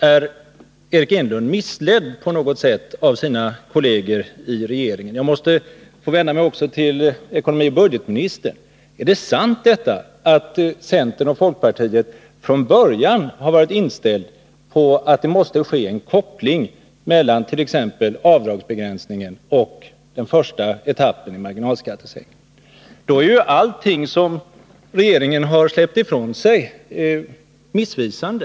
Är Eric Enlund missledd på något sätt av sina kolleger i regeringen? Jag måste få vända mig också till ekonomioch budgetministern. Är det sant att centern och folkpartiet från början har varit inställda på att det måste ske en koppling mellan t.ex. avdragsbegränsningen och den första etappen i marginalskattesänkningen? I så fall är ju allting som regeringen har släppt ifrån sig i den här frågan missvisande.